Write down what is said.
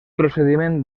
procediment